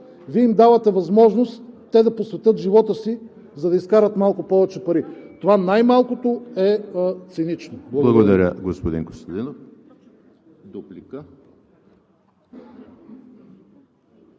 Вие им давате възможност те да посветят живота си, за да изкарат малко повече пари. Това най-малкото е цинично. Благодаря. ПРЕДСЕДАТЕЛ